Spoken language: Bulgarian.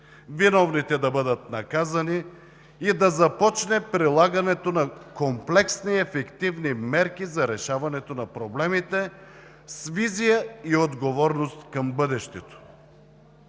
виновните да бъдат наказани и да започне прилагането на комплексни ефективни мерки за решаването на проблеми с визия и отговорност към бъдещето.